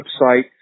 website